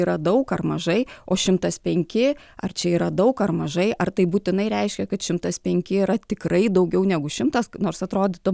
yra daug ar mažai o šimtas penki ar čia yra daug ar mažai ar tai būtinai reiškia kad šimtas penki yra tikrai daugiau negu šimtas nors atrodytų